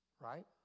Right